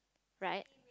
right